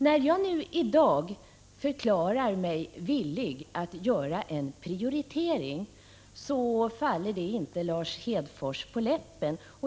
När jag nu i dag förklarar mig villig att göra en prioritering faller det inte Lars Hedfors på läppen.